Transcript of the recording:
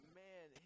man